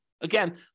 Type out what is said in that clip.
Again